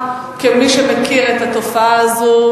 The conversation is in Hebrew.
כמי שמכיר את התופעה הזאת,